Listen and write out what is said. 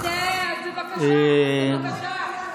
אז בבקשה.